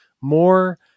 more